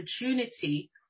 opportunity